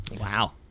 wow